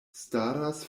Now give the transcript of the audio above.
staras